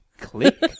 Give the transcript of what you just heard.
click